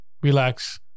relax